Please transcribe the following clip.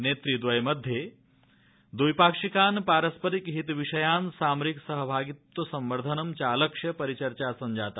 नेतृदय मध्ये द्विपाक्षिकान् पारस्परिकहितविषयान् सामरिक सहभागित्व संवर्धन चालक्ष्य परिचर्चा सव्जाता